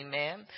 amen